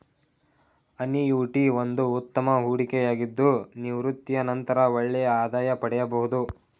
annuity ಒಂದು ಉತ್ತಮ ಹೂಡಿಕೆಯಾಗಿದ್ದು ನಿವೃತ್ತಿಯ ನಂತರ ಒಳ್ಳೆಯ ಆದಾಯ ಪಡೆಯಬಹುದು